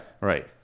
Right